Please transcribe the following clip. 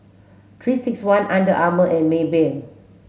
three six one Under Armour and Maybank